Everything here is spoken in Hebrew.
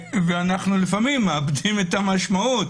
ולפעמים אנחנו מאבדים את המשמעות,